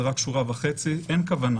זה רק שורה וחצי: "אין כוונה